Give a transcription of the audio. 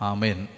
Amen